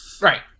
Right